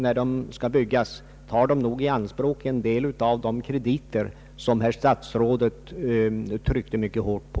Det som skall byggas tar också i anspråk en del av de krediter som statsrådet tryckte så hårt på.